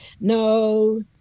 no